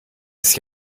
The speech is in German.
ist